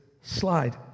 slide